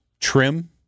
trim